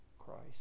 christ